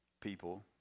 people